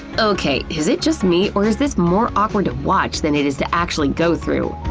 okay, is it just me or is this more awkward to watch than it is to actually go through?